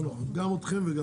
לא, לא, גם אתכם וגם פה.